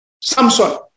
Samson